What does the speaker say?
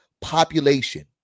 population